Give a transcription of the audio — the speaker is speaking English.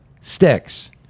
sticks